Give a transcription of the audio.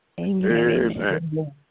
amen